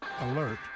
Alert